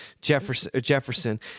Jefferson